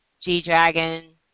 G-Dragon